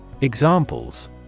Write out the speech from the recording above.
Examples